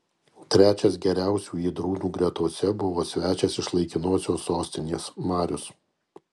trečias geriausių ėdrūnų gretose buvo svečias iš laikinosios sostinės marius